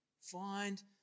Find